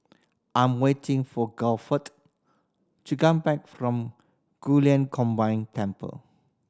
I am waiting for Guilford to come back from Guilin Combined Temple